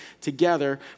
together